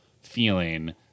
feeling